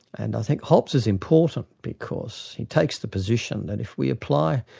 and i think hobbes is important because he takes the position that if we apply